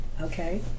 okay